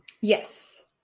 yes